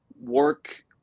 work